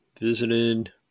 visited